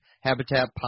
Habitat